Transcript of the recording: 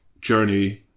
journey